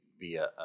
via